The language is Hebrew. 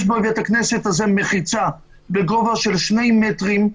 יש בבית הכנסת הזה מחיצה בגובה של שני מטרים,